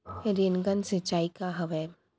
Rain gun सिंचाई का हवय?